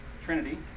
Trinity